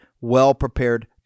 well-prepared